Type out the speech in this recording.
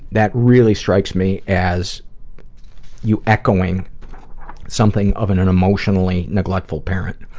that really strikes me as you echoing something of an an emotionally neglectful parent.